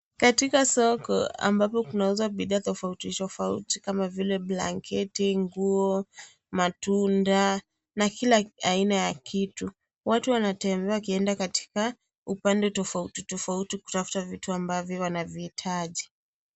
Katika soko ambapo kunauzwa bidhaa tofauti tofauti, kama vile blanketi nguo, matunda, na kila aina ya kitu. Watu wanatembea wakienda katika upande tofauti tofauti wakitafuta vitu ambavyo wanaviitaji.